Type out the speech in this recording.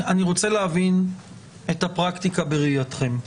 אני רוצה להבין את הפרקטיקה בראייתכם.